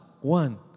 One